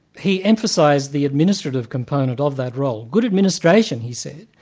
he emphasised the administrative component of that role. good administration he said,